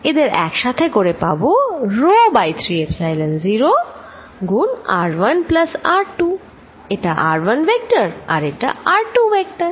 এদের একসাথে করে পাবো rho বাই 3 এপসাইলন 0 গুন r1প্লাস r2 এটা r1ভেক্টর আর এটা r2 ভেক্টর